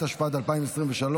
התשפ"ד 2023,